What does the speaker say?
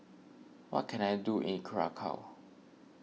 what can I do in Curacao